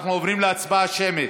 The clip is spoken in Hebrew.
אנחנו עוברים להצבעה שמית.